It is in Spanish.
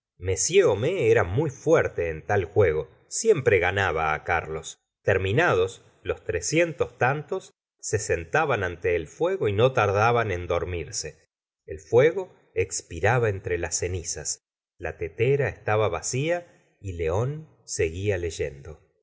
homais era muy fuerte en tal juego siempre ganaba carlos terminados los trescientos tantos se sentaban ante el fuego y no tardaban en dormirse el fuego expiraba entre las cenizas la tetera estaba vacía y león seguía leyendo